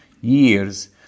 years